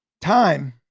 Time